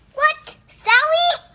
what? sally?